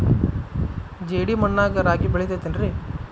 ಜೇಡಿ ಮಣ್ಣಾಗ ರಾಗಿ ಬೆಳಿತೈತೇನ್ರಿ?